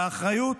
והאחריות